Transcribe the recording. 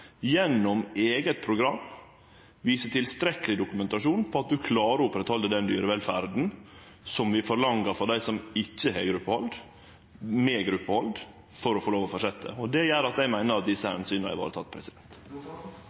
gjennom eit eige program, vise tilstrekkeleg dokumentasjon på at ein med gruppehald klarer å oppretthalde den dyrevelferda som vi forlanger for dei som ikkje har gruppehald, for å få lov til å fortsetje. Det gjer at eg meiner at desse